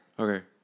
Okay